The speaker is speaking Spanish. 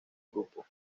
grupo